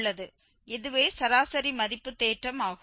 இதுவே சராசரி மதிப்பு தேற்றம் ஆகும்